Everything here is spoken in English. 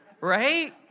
right